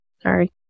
Sorry